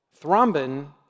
Thrombin